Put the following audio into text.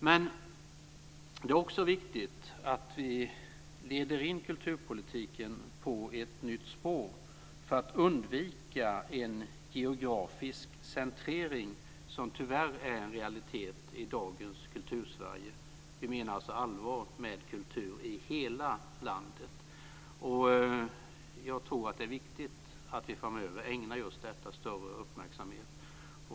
Men det är också viktigt att vi leder in kulturpolitiken på ett nytt spår för att undvika en geografisk centrering som tyvärr är realitet i dagens Kultur Sverige. Vi menar alltså allvar med kultur i hela landet. Jag tror att det är viktigt att vi framöver ägnar just detta större uppmärksamhet.